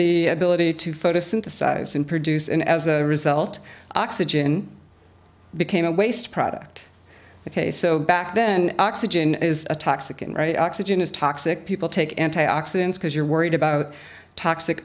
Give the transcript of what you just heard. the ability to photosynthesize and produce and as a result oxygen became a waste product ok so back then oxygen is a toxic and right oxygen is toxic people take antioxidants because you're worried about toxic